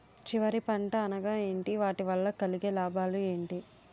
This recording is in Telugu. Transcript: చివరి పంట అనగా ఏంటి వాటి వల్ల కలిగే లాభాలు ఏంటి